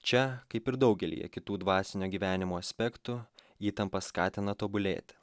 čia kaip ir daugelyje kitų dvasinio gyvenimo aspektų įtampa skatina tobulėt